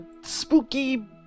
spooky